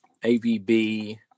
AVB